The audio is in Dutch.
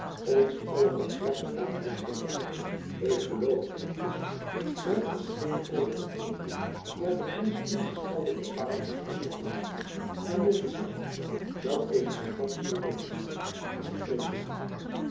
ons allen op glad terrein heeft gebracht ik geloof intusschen my aan geen overtreding der door ons ingestelde bepaling schuldig te maken wanneer ik zeg dat ik haar thands dubbel misgun aan dien vreemdeling